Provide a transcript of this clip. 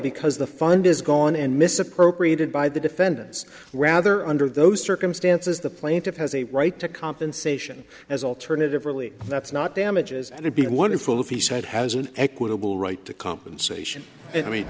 because the fund is gone and misappropriated by the defendants rather under those circumstances the plaintiff has a right to compensation as alternative really that's not damages and it be wonderful if the side has an equitable right to compensation and i mean